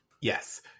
yes